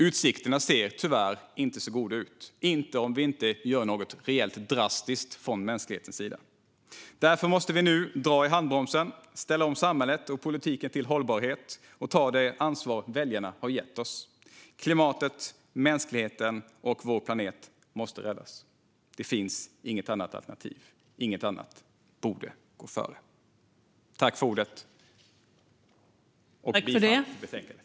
Utsikterna ser tyvärr inte så goda ut om vi inte gör något rejält drastiskt från mänsklighetens sida. Därför måste vi nu dra i handbromsen, ställa om samhället och politiken till hållbarhet och ta det ansvar väljarna har gett oss. Klimatet, mänskligheten och vår planet måste räddas. Det finns inget annat alternativ. Inget annat borde gå före. Jag yrkar bifall till förslaget i betänkandet.